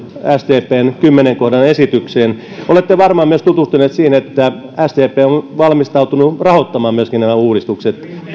tähän sdpn kymmenen kohdan esitykseen olette varmaan tutustunut myös siihen että sdp on valmistautunut myöskin rahoittamaan nämä uudistukset